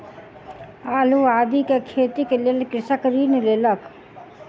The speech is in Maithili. आलू आदि के खेतीक लेल कृषक ऋण लेलक